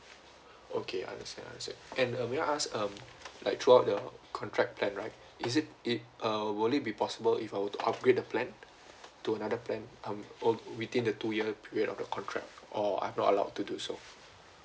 okay understand understand and uh may I ask um like throughout the contract plan right is it it uh will it be possible if I were to upgrade the plan to another plan um within the two year period of the contract or I am not allowed to do so